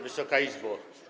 Wysoka Izbo!